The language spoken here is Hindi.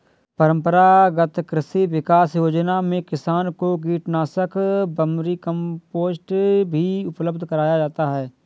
परम्परागत कृषि विकास योजना में किसान को कीटनाशक, वर्मीकम्पोस्ट भी उपलब्ध कराया जाता है